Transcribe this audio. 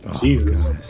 Jesus